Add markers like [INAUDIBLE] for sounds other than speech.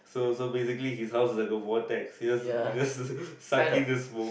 so so basically his house is like a vortex he just he just [LAUGHS] suck in the smoke